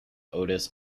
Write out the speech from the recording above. otis